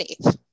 safe